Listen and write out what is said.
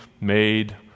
made